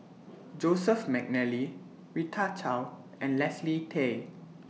Joseph Mcnally Rita Chao and Leslie Tay